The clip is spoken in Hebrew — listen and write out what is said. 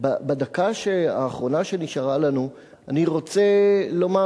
בדקה האחרונה שנשארה לנו אני רוצה לומר